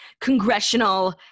congressional